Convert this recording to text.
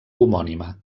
homònima